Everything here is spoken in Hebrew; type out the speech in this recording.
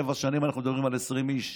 שבע שנים אנחנו מדברים על 20 איש.